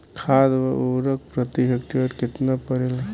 खाद व उर्वरक प्रति हेक्टेयर केतना परेला?